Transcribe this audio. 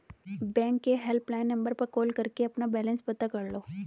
bank के helpline number पर call करके अपना बैलेंस पता कर लो